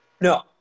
No